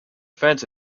fence